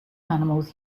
animals